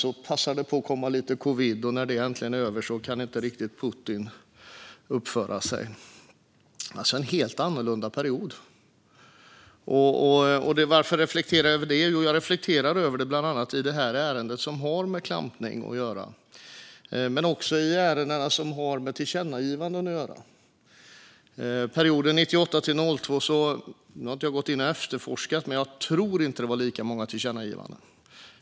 Sedan passade covid på att komma, och när det äntligen var över kunde Putin inte riktigt uppföra sig. Det har varit en helt annorlunda period. Varför reflekterar jag över detta? Jag reflekterar över det bland annat i detta ärende, som har med klampning att göra, men också i de ärenden som har med tillkännagivanden att göra. Jag har inte gått in och efterforskat, men jag tror inte att det var lika många tillkännagivanden under perioden 1998-2002.